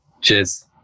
Cheers